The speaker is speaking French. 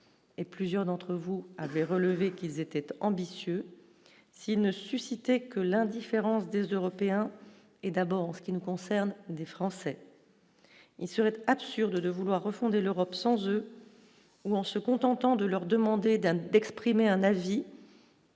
et plusieurs d'entre vous avez relevé qu'ils étaient ambitieux s'il ne suscitait que l'indifférence des Européens et d'abord en ce qui nous concerne, des Français, il serait absurde de vouloir refonder l'Europe sans eux ou en se contentant de leur demander d'un d'exprimer un avis.